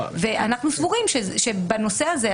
אנחנו סבורים שבנושא הזה,